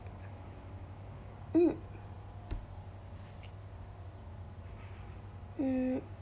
mm mm